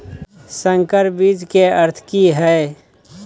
संकर बीज के अर्थ की हैय?